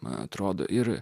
man atrodo ir